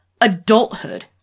adulthood